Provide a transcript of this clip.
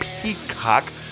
Peacock